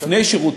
לפני השירות,